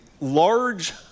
large